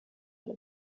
inte